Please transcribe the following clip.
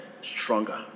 stronger